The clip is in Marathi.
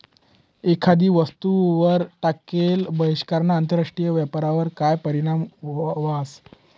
एखादी वस्तूवर टाकेल बहिष्कारना आंतरराष्ट्रीय व्यापारवर काय परीणाम व्हस?